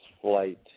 flight